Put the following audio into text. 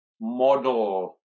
model